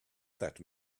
that